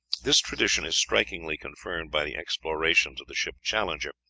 this tradition is strikingly confirmed by the explorations of the ship challenger,